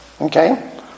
Okay